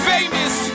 Famous